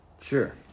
Sure